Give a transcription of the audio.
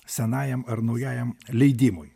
senajam ar naujajam leidimui